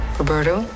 Roberto